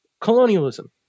colonialism